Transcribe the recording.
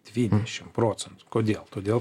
dvidešim procentų kodėl todėl